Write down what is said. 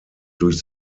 durch